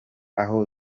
aho